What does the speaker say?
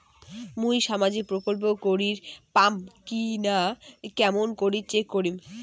মুই সামাজিক প্রকল্প করির পাম কিনা কেমন করি চেক করিম?